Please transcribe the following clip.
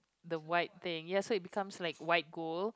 the white thing ya so it becomes like white gold